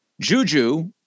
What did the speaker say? Juju